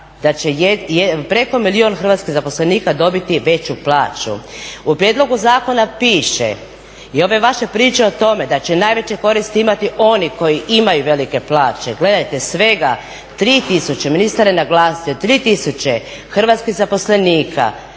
da će preko milijun hrvatskih zaposlenika dobiti veću plaću. U prijedlogu zakona piše i ove vaše priče o tome da će najveće koristi imati oni koji imaju velike plaće, gledajte, svega 3 tisuće, ministar je naglasio, 3 tisuće hrvatskih zaposlenika